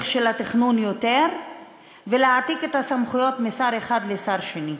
של התכנון ולהעתיק את הסמכויות משר אחד לשר שני.